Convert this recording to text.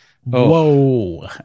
Whoa